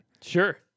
Sure